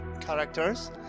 characters